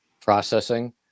processing